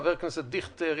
חבר הכנסת דיכטר,